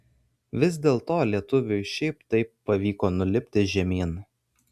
vis dėlto lietuviui šiaip taip pavyko nulipti žemyn